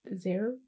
zero